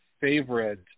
favorite